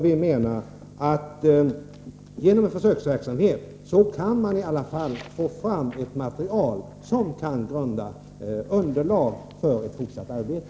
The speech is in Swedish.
Vi menar att genom en försöksverksamhet kan man i alla fall få fram ett material som kan utgöra underlag för fortsatt arbete.